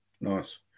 Nice